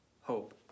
hope